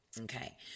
okay